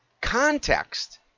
context